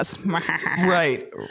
Right